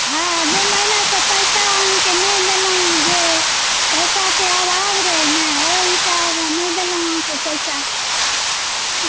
हॅं दू महिना सॅं पैसा अहाँ के नहि देलहुॅं जे पैसा के अभाव रहै ने ओहि हिसाब सॅं नहि देलहुॅं अहाँ के पैसा